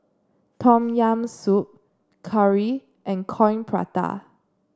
Tom Yam Soup Curry and Coin Prata